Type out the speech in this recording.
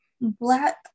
Black